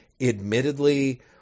admittedly